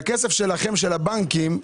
והכסף שלכם, של הבנקים,